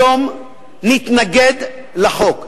היום נתנגד לחוק.